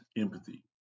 empathy